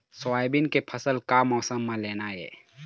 Soybean के फसल का मौसम म लेना ये?